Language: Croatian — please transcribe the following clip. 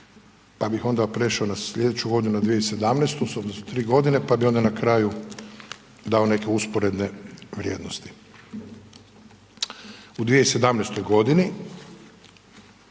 pa bih onda prešao na slijedeću godinu, na 2017. s obzirom da su 3.g., pa bi onda na kraju dao neke usporedne vrijednosti. U 2017.g.